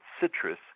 citrus